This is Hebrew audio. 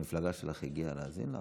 המפלגה שלך הגיע להאזין לך.